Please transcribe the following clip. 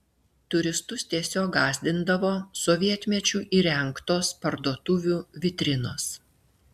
turistus tiesiog gąsdindavo sovietmečiu įrengtos parduotuvių vitrinos